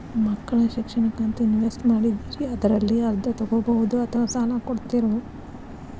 ಮಕ್ಕಳ ಶಿಕ್ಷಣಕ್ಕಂತ ಇನ್ವೆಸ್ಟ್ ಮಾಡಿದ್ದಿರಿ ಅದರಲ್ಲಿ ಅರ್ಧ ತೊಗೋಬಹುದೊ ಅಥವಾ ಸಾಲ ಕೊಡ್ತೇರೊ?